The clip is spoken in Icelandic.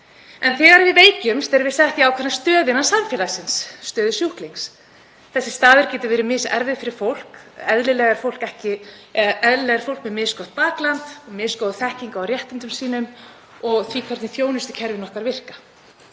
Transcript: En þegar við veikjumst erum við sett í ákveðna stöðu innan samfélagsins, stöðu sjúklings. Þessi staða getur verið miserfið fyrir fólk. Eðlilega er fólk með misgott bakland og misgóða þekkingu á réttindum sínum og því hvernig þjónustukerfin okkar virka.